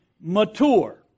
mature